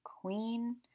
queen